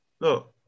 Look